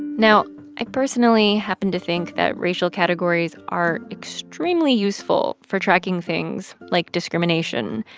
now, i personally happen to think that racial categories are extremely useful for tracking things like discrimination.